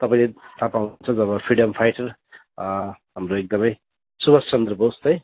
तपाईँले थाहा पाउनुहुन्छ जब फ्रिडम फाइटर हाम्रो एकदमै सुभाषचन्द्र बोस है